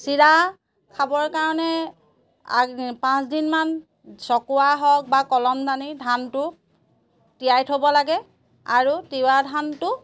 চিৰা খাবৰ কাৰণে আগ পাঁচদিনমান চকুৱা হয় বা কলম দানি ধানটো তিয়াই থ'ব লাগে আৰু তিৱা ধানটো